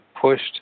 pushed